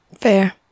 Fair